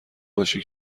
باشی